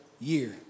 year